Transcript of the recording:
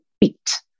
beat